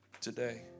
today